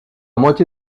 moitié